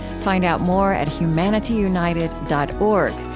find out more at humanityunited dot org,